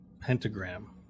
Pentagram